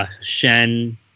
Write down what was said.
Shen